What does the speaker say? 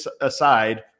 aside